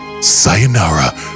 sayonara